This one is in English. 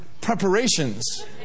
preparations